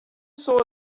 saw